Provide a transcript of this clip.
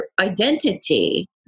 identity